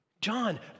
John